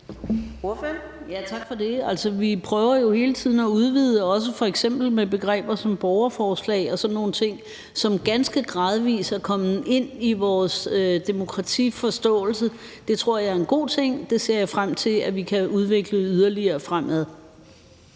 Tak for det. Altså, vi prøver jo hele tiden at udvide, f.eks. også med begreber som borgerforslag og sådan nogle ting, som ganske gradvis er kommet ind i vores demokratiforståelse. Det tror jeg er en god ting, og det ser jeg frem til at vi kan udvikle yderligere fremadrettet.